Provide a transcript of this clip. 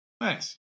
Nice